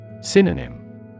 Synonym